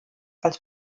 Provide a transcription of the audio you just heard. als